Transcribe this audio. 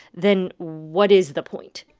then what is the point?